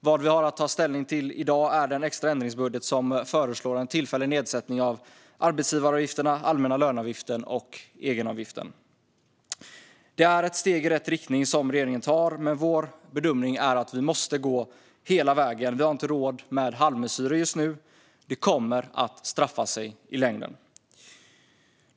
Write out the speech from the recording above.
Vad vi har att ta ställning till i dag är den extra ändringsbudget som föreslår en tillfällig nedsättning av arbetsgivaravgifterna, allmänna löneavgiften och egenavgiften. Det är ett steg i rätt riktning som regeringen tar, men vår bedömning är att vi måste gå hela vägen. Vi har inte råd med halvmesyrer just nu; det kommer att straffa sig i längden.